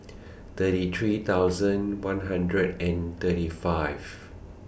thirty three thousand one hundred and thirty five